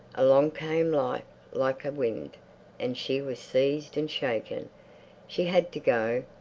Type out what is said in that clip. along came life like a wind and she was seized and shaken she had to go.